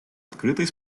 открытой